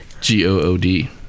G-O-O-D